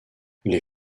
les